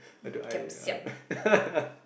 how I do uh